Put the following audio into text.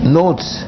notes